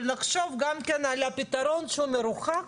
אבל לחשוב גם על פתרון מרוחק,